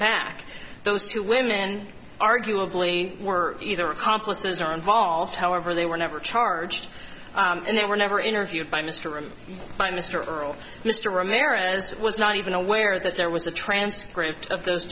back those two women arguably were either accomplices are involved however they were never charged and they were never interviewed by mr him by mr or mr romero as it was not even aware that there was a transcript of those